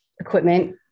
equipment